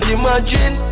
imagine